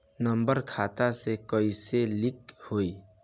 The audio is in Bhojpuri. नम्बर खाता से कईसे लिंक होई?